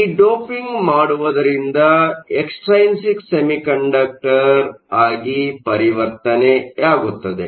ಈ ಡೋಪಿಂಗ್ ಮಾಡುವುದರಿಂದ extrinsic semiconductor ಆಗಿ ಪರಿವರ್ತನೆಯಾಗುತ್ತದೆ